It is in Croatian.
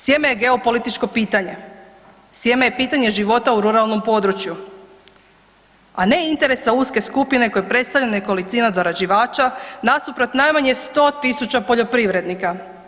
Sjeme je geopolitičko pitanje, sjeme je pitanje života u ruralnom području, a ne interes uske skupine koje predstavlja nekolicina dorađivača nasuprot najmanje 100.000 poljoprivrednika.